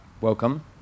Welcome